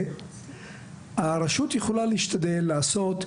הרשות יכולה להשתדל לעשות,